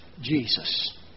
Jesus